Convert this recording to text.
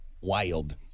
wild